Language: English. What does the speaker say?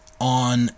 on